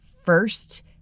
first